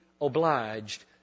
obliged